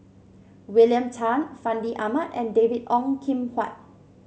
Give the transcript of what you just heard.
William Tan Fandi Ahmad and David Ong Kim Huat